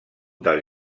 del